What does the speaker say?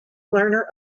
learner